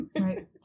right